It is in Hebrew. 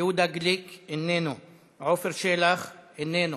יהודה גליק, איננו, עפר שלח, איננו,